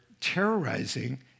terrorizing